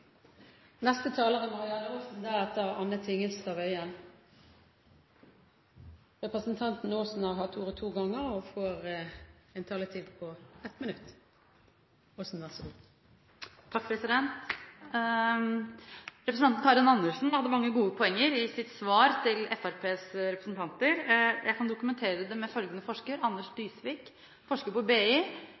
Aasen har hatt ordet to ganger og får ordet til en kort merknad, begrenset til 1 minutt. Representanten Karin Andersen hadde mange gode poenger i sitt svar til Fremskrittspartiets representanter. Jeg kan dokumentere det med Anders Dysvik, forsker på BI: